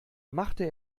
machte